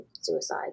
suicide